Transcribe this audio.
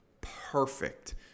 perfect